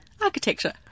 Architecture